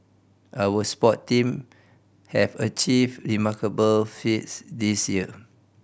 our sport teams have achieved remarkable feats this year